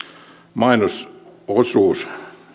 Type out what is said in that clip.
mainososuus